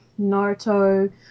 Naruto